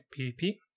PvP